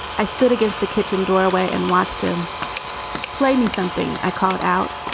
i stood against the kitchen doorway and watched him play me something. i called out,